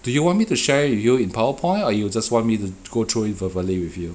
do you want me to share with you in powerpoint or you just want me to go through it verbally with you